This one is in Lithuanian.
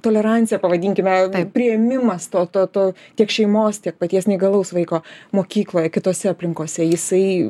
tolerancija pavadinkime priėmimas to to to tiek šeimos tiek paties neįgalaus vaiko mokykloje kitose aplinkose jisai